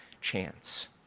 chance